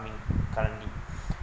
currently